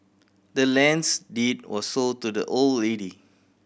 the land's deed was sold to the old lady